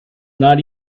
not